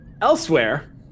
Elsewhere